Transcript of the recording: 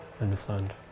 understand